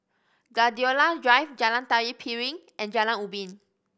Gladiola Drive Jalan Tari Piring and Jalan Ubin